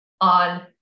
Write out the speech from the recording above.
on